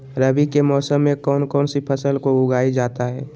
रवि के मौसम में कौन कौन सी फसल को उगाई जाता है?